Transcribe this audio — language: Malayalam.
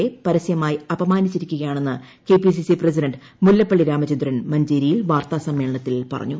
എ പരസ്യമായി അപമാനിച്ചിരിക്കയാണെന്ന് കെപിസിസി പ്രസിഡന്റ് മുല്ലപ്പള്ളി രാമചന്ദ്രൻ മഞ്ചേരിയിൽ വാർത്താ സമ്മേളനത്തിൽ പറഞ്ഞു